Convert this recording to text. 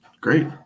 great